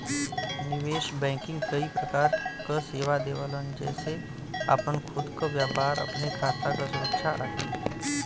निवेश बैंकिंग कई प्रकार क सेवा देवलन जेसे आपन खुद क व्यापार, अपने खाता क सुरक्षा आदि